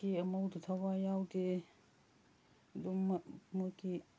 ꯑꯀꯦ ꯑꯃꯧꯗ ꯊꯋꯥꯏ ꯌꯥꯎꯗꯦ ꯑꯗꯨꯝ ꯃꯣꯏꯒꯤ